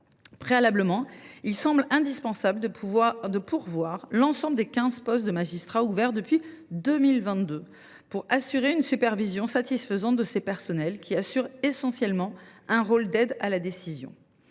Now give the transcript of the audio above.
Préalablement, il semble indispensable de pourvoir l’ensemble des 15 postes de magistrats ouverts depuis 2022 pour assurer une supervision satisfaisante de ces personnels, qui ont essentiellement un rôle d’aide à la décision.